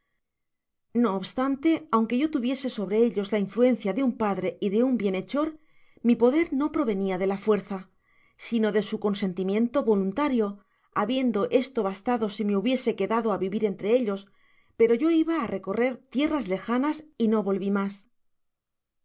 no obstante aunque yo tuviese sobre ellos la influencia de un padre y de un bienhechor mi poder no provenia de la fuerza sino de su consentimiento voluntario habiendo esto bastado si me hubiese quedado á vivir entre ellos per yo iba á recorrer tierras lejanas y no volví mas